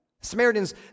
Samaritans